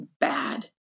bad